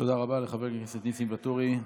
תודה רבה לחבר הכנסת ניסים ואטורי.